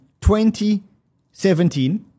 2017